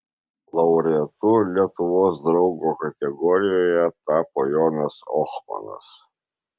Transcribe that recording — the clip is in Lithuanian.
laureatu lietuvos draugo kategorijoje tapo jonas ohmanas